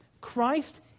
Christ